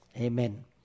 Amen